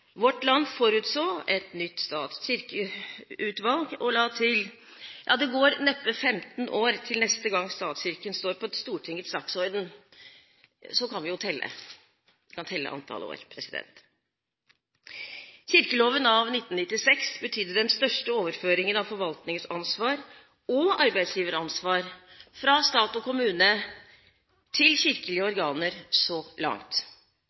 Vårt Land forutså et nytt stat–kirke-utvalg og la til: «Det går neppe 15 år til neste gang statskirken står på Stortingets dagsorden». Så kan vi jo telle antall år! Kirkeloven av 1996 betydde den største overføringen av forvaltningsansvar og arbeidsgiveransvar fra stat og kommune til kirkelige organer så langt.